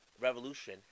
revolution